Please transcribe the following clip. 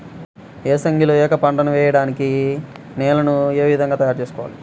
ఏసంగిలో ఏక పంటగ వెయడానికి నేలను ఏ విధముగా తయారుచేయాలి?